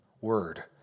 word